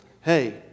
hey